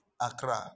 accra